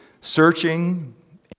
searching